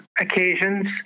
occasions